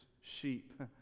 sheep